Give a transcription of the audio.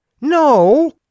No